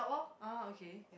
oh okay